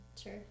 Sure